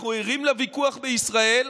אנחנו ערים לוויכוח בישראל.